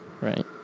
Right